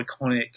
iconic